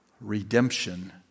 Redemption